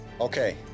Okay